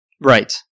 Right